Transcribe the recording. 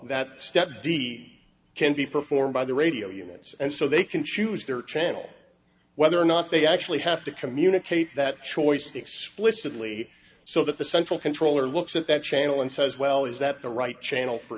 that step can be performed by the radio units and so they can choose their channel whether or not they actually have to communicate that choice explicitly so that the central controller looks at that channel and says well is that the right channel for